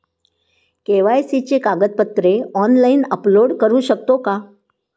KYC ची कागदपत्रे online upload करू शकतो का?